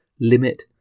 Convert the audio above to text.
Limit